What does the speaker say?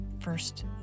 first